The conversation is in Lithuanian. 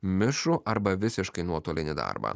mišrų arba visiškai nuotolinį darbą